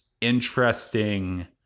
interesting